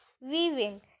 Weaving